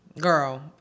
Girl